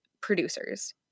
producers